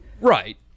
Right